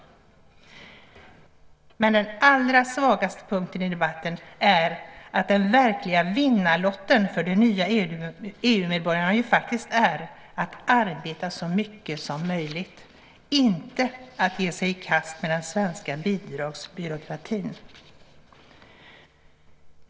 Men den allra svagaste punkten i debatten är att den verkliga vinnarlotten för de nya EU-medborgarna ju faktiskt är att arbeta så mycket som möjligt - inte att ge sig i kast med den svenska bidragsbyråkratin.